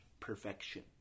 perfection